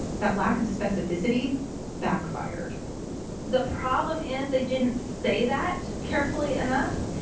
that lack of specificity backfired the problem is they didn't say that carefully enough.